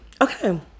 Okay